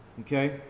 Okay